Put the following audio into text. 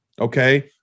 Okay